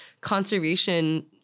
conservation